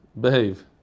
behave